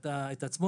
בערך,